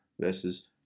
versus